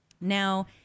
Now